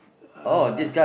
uh